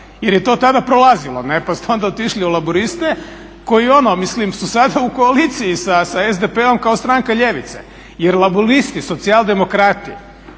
jer je to tada prolazilo ne, pa ste onda otišli u laburiste koji ono mislim su sada u koaliciji sa SDP-om kao stranka ljevice jer laburisti, socijaldemokrati,